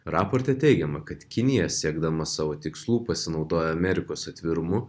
raporte teigiama kad kinija siekdama savo tikslų pasinaudojo amerikos atvirumu